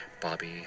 Bobby